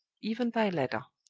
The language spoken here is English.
even by letter.